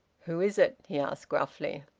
who is it? he asked gruffly.